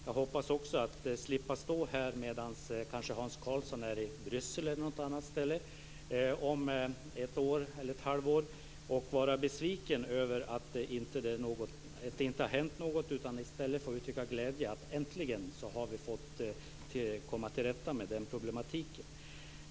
Jag hoppas också att slippa stå här - medan kanske Hans Karlsson är i Bryssel eller på något annat ställe - om ett år eller ett halvår och vara besviken över att det inte har hänt något. I stället hoppas att få uttrycka min glädje över att vi äntligen har kommit till rätta med den problematiken.